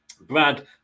Brad